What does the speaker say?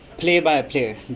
Play-by-play